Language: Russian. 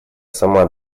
сама